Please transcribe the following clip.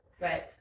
Right